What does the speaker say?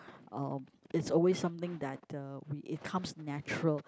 um it's always something that uh we it comes natural